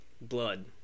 blood